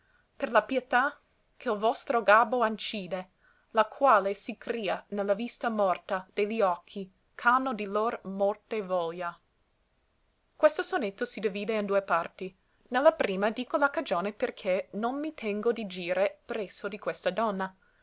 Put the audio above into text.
per la pietà che l vostro gabbo ancide la qual si cria ne la vista morta de li occhi c'hanno di lor morte voglia questo sonetto si divide in due parti ne la prima dico la cagione per che non mi tengo di gire presso di questa donna